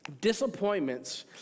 disappointments